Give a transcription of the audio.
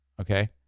okay